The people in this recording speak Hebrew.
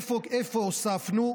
איפה הוספנו?